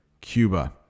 Cuba